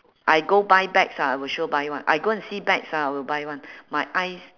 I go buy bags ah I will sure buy [one] I go and see bags ah I will buy [one] my eyes